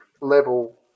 level